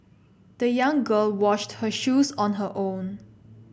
the young girl washed her shoes on her own